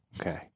okay